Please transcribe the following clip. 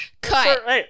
cut